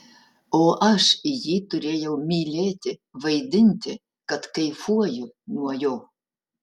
o aš jį turėjau mylėti vaidinti kad kaifuoju nuo jo